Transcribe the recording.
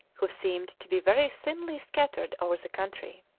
who seemed to be very thinly scattered over the country.